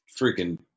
freaking